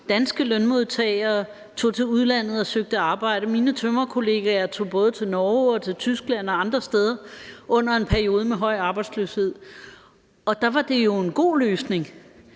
danske lønmodtagere tog til udlandet og søgte arbejde. Mine tømrerkolleger tog både til Norge og til Tyskland og andre steder under en periode med høj arbejdsløshed, og da var det jo en god løsning.